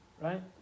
right